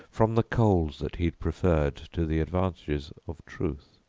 from the coals that he'd preferred to the advantages of truth.